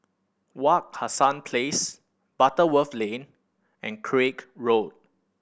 Wak Hassan Place Butterworth Lane and Craig Road